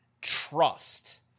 trust